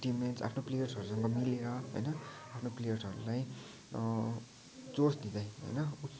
team mates आफ्नो प्लेयर्सहरूसँग मिलेर होइन आफ्नो प्लेयर्सहरूलाई जोस दिँदै होइन